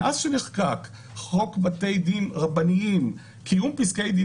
מאז שנחקק חוק בתי דין רבניים (קיום פסקי דין